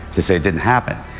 to say it didn't happen.